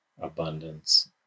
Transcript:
abundance